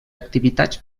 activitats